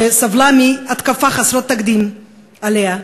שסבלה מהתקפה חסרת תקדים עליה,